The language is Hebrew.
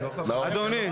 אדוני, אדוני.